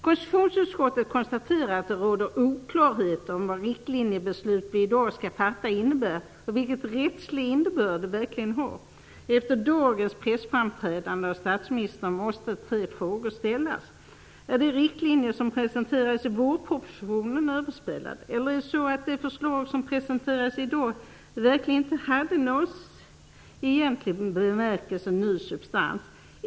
Konstitutionsutskottet konstaterar att det råder oklarhet om vad de riktlinjebeslut som vi i dag skall fatta egentligen innebär och vilken rättslig innebörd de verkligen har. Efter dagens pressframträdande av statsministern måste tre frågor ställas: Är de riktlinjer som presenterats i vårpropositionen överspelade? Eller är det så att de förslag som presenterats i dag egentligen inte har någon ny substans?